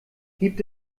gibt